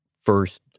first